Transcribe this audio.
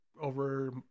over